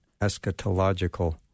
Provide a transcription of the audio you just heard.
eschatological